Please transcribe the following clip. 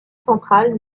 centrale